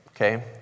Okay